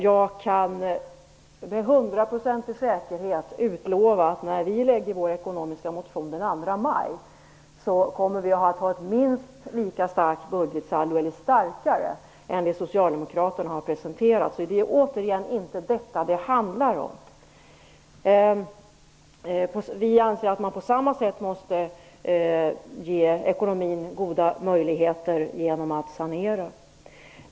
Jag kan med hundraprocentig säkerhet utlova att när vi lägger fram vår ekonomiska motion den 2 maj kommer vi att ha ett minst lika starkt eller starkare budgetsaldo än det socialdemokraterna har presenterat. Men återigen, det är inte detta det handlar om. Vi anser på samma sätt att man måste ge ekonomin goda möjligheter genom att sanera.